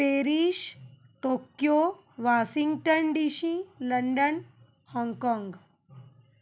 Paris Tokyo Washington DC London Hong Kong